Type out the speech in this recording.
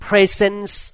Presence